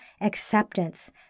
acceptance